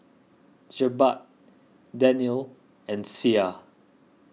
Jebat Daniel and Syah